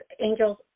angels